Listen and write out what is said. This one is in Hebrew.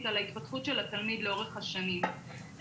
על ההתפתחות של התלמיד לאורך השנים.